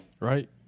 right